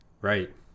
Right